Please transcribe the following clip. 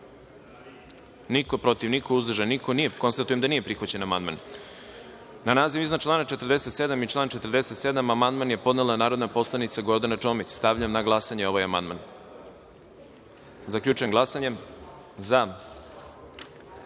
niko, protiv – niko, uzdržan – niko. Konstatujem da nije prihvaćen amandman. Na naziv iznad člana 47. i član 47. amandman je podnela narodna poslanica Gordana Čomić. Stavljam na glasanje ovaj amandman. Zaključujem glasanje: za